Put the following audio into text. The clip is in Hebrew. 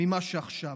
ממה שעכשיו.